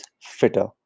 Fitter